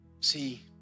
See